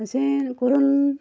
असें करून